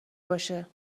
باشه